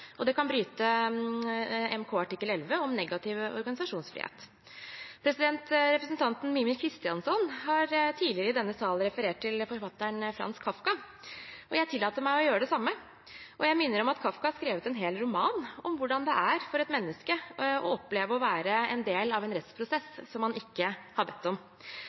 og den kan bryte med Den europeiske menneskerettskonvensjon artikkel 11, om negativ organisasjonsfrihet. Representanten Mímir Kristjánson har tidligere i denne salen referert til forfatteren Franz Kafka, og jeg tillater meg å gjøre det samme. Jeg minner om at Kafka har skrevet en hel roman om hvordan det er for et menneske å oppleve å være en del av en rettsprosess som man ikke har bedt om.